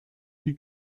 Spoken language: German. die